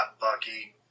Bucky